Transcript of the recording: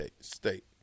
State